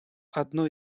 одной